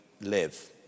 live